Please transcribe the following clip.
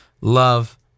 love